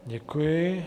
Děkuji.